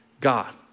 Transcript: God